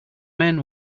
men